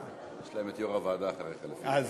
יש להם את יושב-ראש הוועדה אחריך, אל תדאג.